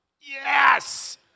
yes